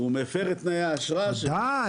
הוא מפר את תנאי האשרה בוודא,